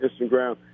Instagram